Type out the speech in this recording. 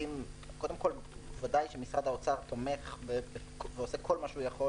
קודם כול בוודאי שמשרד האוצר תומך ועושה כל מה שהוא יכול,